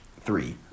three